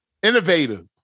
Innovative